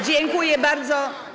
Dziękuję bardzo.